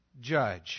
judge